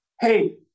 hey